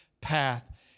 path